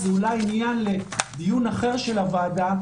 זה אולי עניין לדיון אחר של הוועדה,